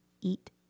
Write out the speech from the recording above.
eat